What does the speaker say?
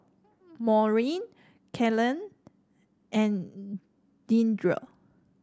Maurine Kalene and Deandre